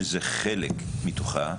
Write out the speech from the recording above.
שזה חלק מתוכה,